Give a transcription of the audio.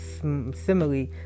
simile